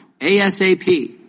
ASAP